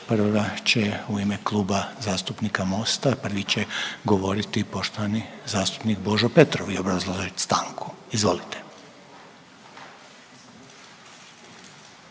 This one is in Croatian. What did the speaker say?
prva će u ime Kluba zastupnika MOST-a, prvi će govoriti poštovani zastupnik Božo Petrov i obrazložit stanku. Izvolite.